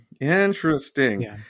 Interesting